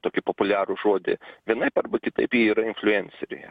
tokį populiarų žodį vienaip arba kitaip jie yra infliuenceriai